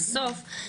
בסוף,